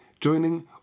joining